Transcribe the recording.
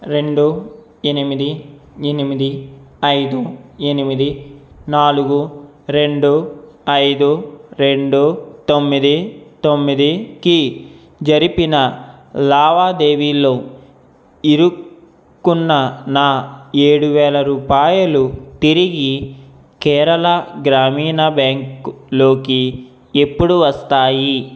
రెండు ఎనిమిది ఎనిమిది ఐదు ఎనిమిది నాలుగు రెండు ఐదు రెండు తొమ్మిది తొమ్మిదికి జరిపిన లావాదేవీలో ఇరుక్కున్న నా ఏడు వేల రూపాయలు తిరిగి కేరళ గ్రామీణ బ్యాంక్లోకి ఎప్పుడు వస్తాయి